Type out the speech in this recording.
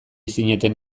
zineten